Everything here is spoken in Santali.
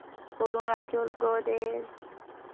ᱚᱨᱩᱱᱟᱪᱚᱞᱯᱨᱚᱫᱮᱥ